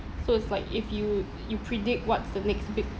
so it's like if you you predict what's the next big